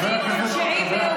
את לא יכולה לומר את המילה הזאת.